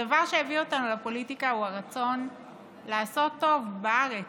הדבר שהביא אותנו לפוליטיקה הוא הרצון לעשות טוב בארץ.